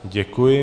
Děkuji.